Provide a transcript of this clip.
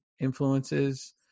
influences